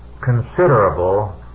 considerable